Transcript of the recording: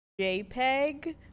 JPEG